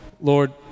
Lord